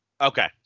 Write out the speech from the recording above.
Okay